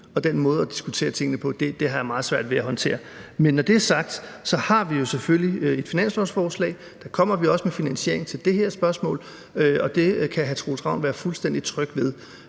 og den måde at diskutere tingene på har jeg meget svært ved at håndtere. Men når det er sagt, har vi jo selvfølgelig et finanslovsforslag, og der kommer vi også med en finansiering til det her spørgsmål, og det kan hr. Troels Ravn være fuldstændig tryg ved.